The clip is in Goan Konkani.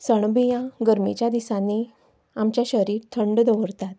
सणबिंयां गरमेच्या दिसांनी आमचें शरीर थंड दवरतात